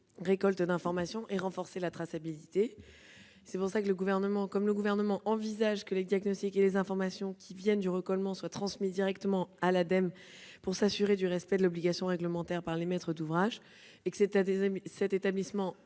récolte d'informations et renforcer la traçabilité. Comme le Gouvernement envisage que les diagnostics et les informations qui viennent du recollement soient transmis directement à l'Ademe pour s'assurer du respect de l'obligation réglementaire par les maîtres d'ouvrage et que l'Ademe est un établissement